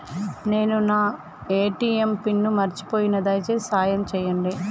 నేను నా ATM PIN మర్చిపోయిన, దయచేసి సాయం చేయండి